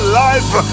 life